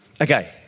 Okay